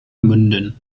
münden